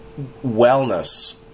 wellness